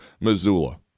Missoula